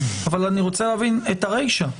אבל אני רוצה להבין את הרישא,